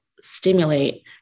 stimulate